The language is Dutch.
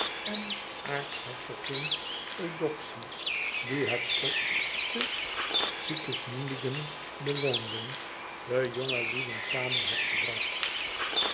en aartshertogin eudoxie die het slot te sigismundingen bewoonden de jonge lieden samen had gebracht